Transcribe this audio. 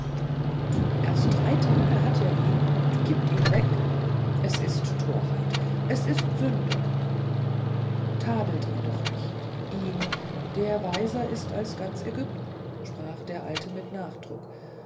und erst drei tage hat er ihn und gibt ihn weg es ist torheit es ist sünde tadelt ihn doch nicht ihn der weiser ist als ganz ägypten sprach der alte mit nachdruck